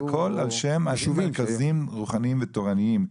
הכול על שם יישובים מרכזיים רוחניים ותורניים.